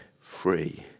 free